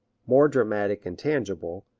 more dramatic and tangible,